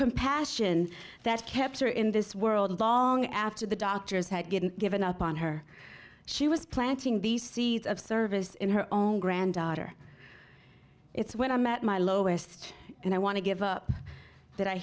compassion that kept her in this world long after the doctors had given given up on her she was planting the seeds of service in her own granddaughter it's when i'm at my lowest and i want to give that i